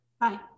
Bye